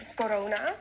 corona